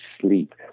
sleep